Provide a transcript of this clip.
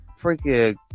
freaking